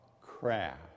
craft